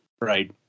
right